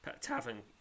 tavern